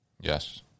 Yes